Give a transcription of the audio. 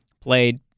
played